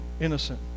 innocent